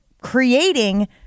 creating